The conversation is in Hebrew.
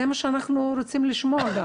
זה מה שאנחנו רוצים לשמוע?